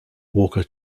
walker